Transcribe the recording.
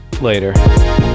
later